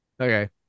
Okay